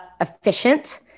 efficient